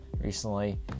recently